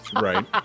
Right